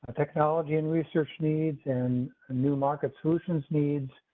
ah technology and research needs and new market solutions needs.